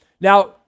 Now